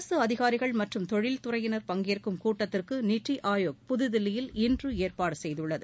அரசு அதிகாரிகள் மற்றும் தொழில் துறையினர் பங்கேற்கும் கூட்டத்திற்கு நித்தி ஆயோக் புதுதில்லியில் இன்று ஏற்பாடு செய்துள்ளது